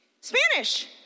Spanish